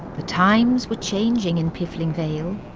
the times were changing in piffling vale,